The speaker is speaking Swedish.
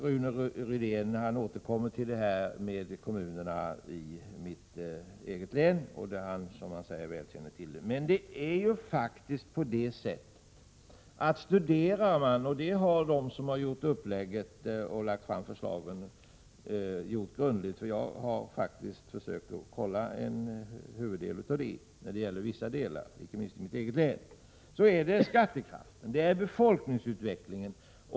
Rune Rydén återkommer till kommunerna i mitt eget län, där han, som han säger, väl känner till förhållandena. Om man ser på detta grundligt — det har de som lagt fram förslagen gjort, och jag har försökt kontrollera flera av huvuddelarna i förslaget, inte minst när det gäller mitt eget län — finner man att det handlar om skattekraft och befolkningsutveckling.